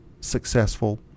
successful